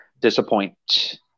disappoint